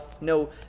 no